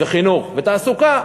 חינוך ותעסוקה,